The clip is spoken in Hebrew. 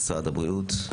משרד הבריאות.